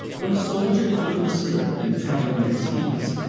when a soldier is undisturbed and traveling at his ease,